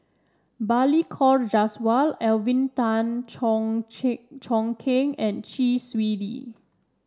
Balli Kaur Jaswal Alvin Tan Cheong Cheong Kheng and Chee Swee Lee